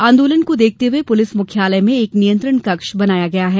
आंदोलन को देखते हुये पूलिस मुख्यालय में एक नियंत्रण कक्ष बनाया गया है